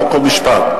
חוק ומשפט.